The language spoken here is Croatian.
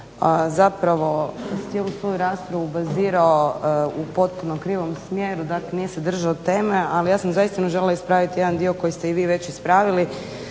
zapravo cijelu svoju raspravu bazirao u potpuno krivom smjeru nije se držao teme, ali ja sam zaista željela ispraviti jedan dio koji ste vi već ispravili.